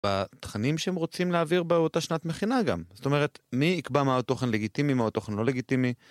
בתכנים שהם רוצים להעביר באותה שנת מכינה גם. זאת אומרת, מי יקבע מהותוכן לגיטימי, מהו תוכן לא לגיטימי.